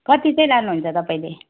कति चाहिँ लानुहुन्छ तपाईँले